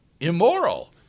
immoral